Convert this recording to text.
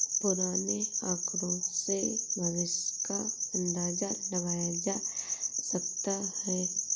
पुराने आकड़ों से भविष्य का अंदाजा लगाया जा सकता है